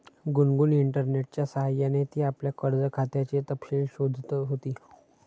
गुनगुन इंटरनेटच्या सह्याने ती आपल्या कर्ज खात्याचे तपशील शोधत होती